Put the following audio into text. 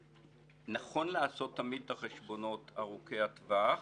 נכון לעשות תמיד את החשבונות ארוכי הטווח